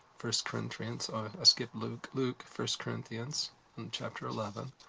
first corinthians, i ah skipped luke. luke. first corinthians in chapter eleven,